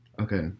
Okay